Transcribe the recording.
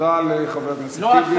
תודה לחבר הכנסת טיבי.